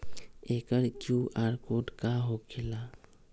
एकर Q R code का होकेला?